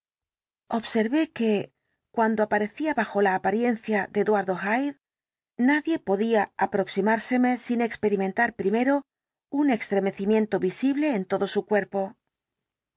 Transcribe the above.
observé que cuando aparecía bajo la apariencia de eduardo hyde nadie podía aproximárseme sin experimentar primero un extremecimiento visible en todo su